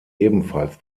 ebenfalls